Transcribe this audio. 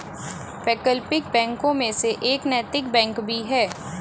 वैकल्पिक बैंकों में से एक नैतिक बैंक भी है